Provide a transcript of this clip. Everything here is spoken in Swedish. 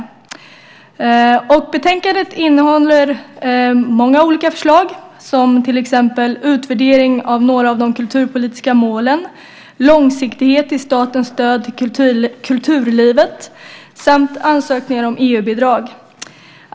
Betänkandet innehåller många olika förslag, till exempel utvärdering av några av de kulturpolitiska målen, långsiktighet i statens stöd till kulturlivet samt ansökningar om EU-bidrag.